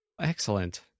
excellent